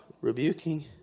rebuking